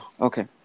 okay